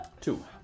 Two